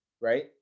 Right